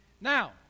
Now